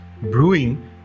brewing